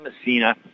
Messina